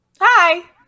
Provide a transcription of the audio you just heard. Hi